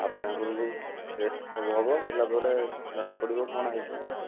ଆପଣଙ୍କର ଟେଷ୍ଟ ସବୁ ହେବ ହେଲାପରେ ଜଣାପଡ଼ିବ କ'ଣ ହେଇଛି ଆଉ